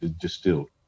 distilled